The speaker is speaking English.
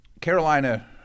Carolina